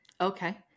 Okay